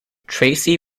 tracey